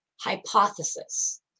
hypothesis